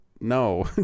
no